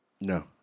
no